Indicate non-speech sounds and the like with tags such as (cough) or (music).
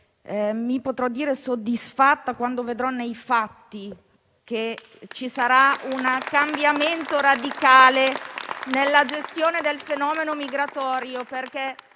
potrò dirmi soddisfatta quando vedrò nei fatti (applause) che ci sarà un cambiamento radicale nella gestione del fenomeno migratorio.